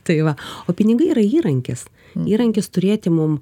tai va o pinigai yra įrankis įrankis turėti mum